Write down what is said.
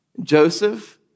Joseph